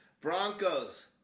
Broncos